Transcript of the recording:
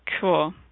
Cool